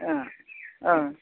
ओह ओं